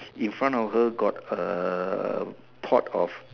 in front of her got a pot of